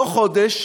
לא חודש,